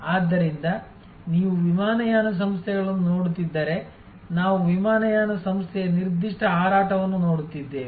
ಆದ್ದರಿಂದ ನೀವು ವಿಮಾನಯಾನ ಸಂಸ್ಥೆಗಳನ್ನು ನೋಡುತ್ತಿದ್ದರೆ ನಾವು ವಿಮಾನಯಾನ ಸಂಸ್ಥೆಯ ನಿರ್ದಿಷ್ಟ ಹಾರಾಟವನ್ನು ನೋಡುತ್ತಿದ್ದೇವೆ